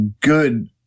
good